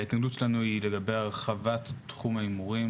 ההתנגדות שלנו היא לגבי הרחבת תחום ההימורים